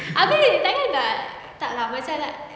abeh tak kan nak tak lah macam like